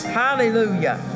hallelujah